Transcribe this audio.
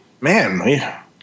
Man